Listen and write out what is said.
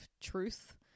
truth